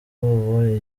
ubu